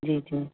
जी जी